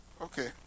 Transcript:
Okay